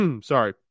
sorry